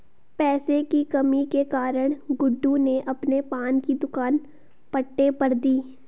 पैसे की कमी के कारण गुड्डू ने अपने पान की दुकान पट्टे पर दी